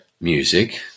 music